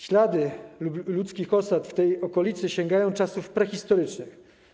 Ślady ludzkich osad w tej okolicy sięgają czasów prehistorycznych.